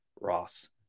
Ross